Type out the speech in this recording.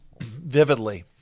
vividly